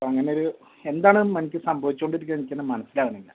അപ്പം അങ്ങനൊരു എന്താണ് മനിക്ക് സംഭവിച്ചോണ്ടിരിക്കേന്ന് എനിക്ക് തന്നെ മനസ്സിലാകുന്നില്ല